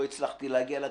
לא הצלחתי להגיע לתיקוף,